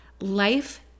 Life